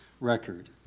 record